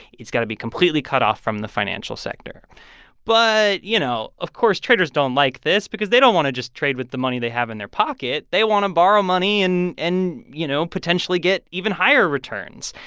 it's got to be completely cut off from the financial sector but, you know, of course, traders don't like this because they don't want to just trade with the money they have in their pocket they want to borrow money and, you know, potentially get even higher returns.